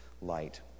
light